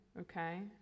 okay